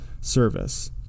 service